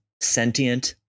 sentient